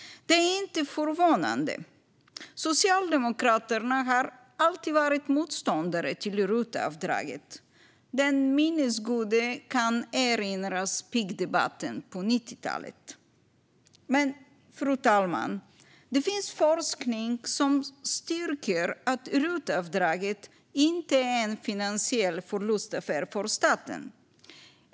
Det är inte förvånande. Socialdemokraterna har alltid varit motståndare till RUT-avdraget. Den minnesgode erinrar sig pigdebatten på 90-talet. Fru talman! Det finns dock forskning som styrker att RUT-avdraget inte är en finansiell förlustaffär för staten.